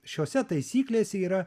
šiose taisyklėse yra